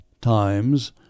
times